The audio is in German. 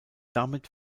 damit